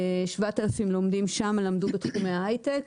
7,000 לומדים ולמדו בתחומי הייטק,